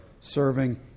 serving